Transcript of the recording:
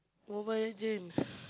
Mobile-Legend